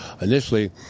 initially